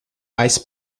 ice